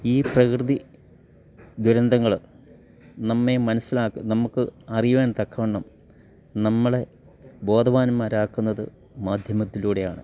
ഈ പ്രകൃതി ദുരന്തങ്ങള് നമ്മെ മനസിലാക്ക് നമ്മുക്ക് അറിയുവാൻ തക്കവണ്ണം നമ്മളെ ബോധവാന്മാരാക്കുന്നത് മാധ്യമത്തിലൂടെയാണ്